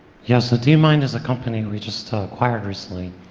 yeah, so deep mind is a company we just acquired recently.